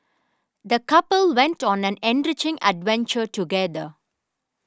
the couple went on an enriching adventure together